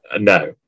No